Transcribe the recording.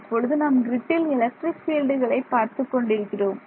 இப்பொழுது நாம் கிரிட்டில் எலக்ட்ரிக் பீல்டுகளை பார்த்துக் கொண்டிருக்கிறோம்